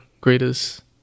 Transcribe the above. greatest